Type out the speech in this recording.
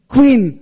Queen